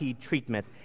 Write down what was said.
treatment